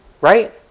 Right